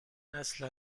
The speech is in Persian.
نسل